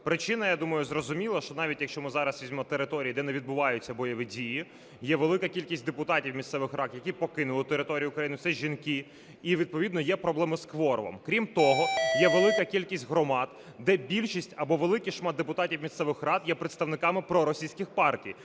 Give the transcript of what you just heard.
Причина, я думаю, зрозуміла. Навіть, якщо ми зараз візьмемо території, де не відбуваються бойові дії, є велика кількість депутатів місцевих рад, які покинули територію України, це жінки, і відповідно є проблеми з кворумом. Крім того, є велика кількість громад, де більшість або великий шмат депутатів місцевих рад є представниками проросійських партій.